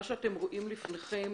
מה שאתם רואים לפניכם